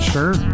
Sure